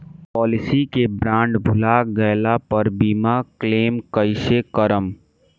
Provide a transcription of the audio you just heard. Policy के bond भुला गैला पर बीमा क्लेम कईसे करम?